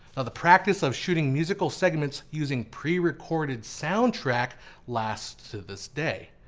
the practice of shooting musical segments using prerecorded soundtrack lasts to this day.